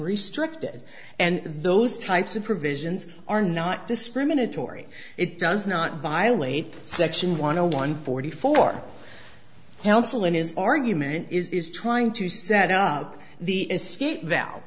restricted and those types of provisions are not discriminatory it does not violate section want to one forty four counsel in his argument is trying to set up the escape val